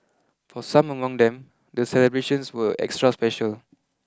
for some among them the celebrations were extra special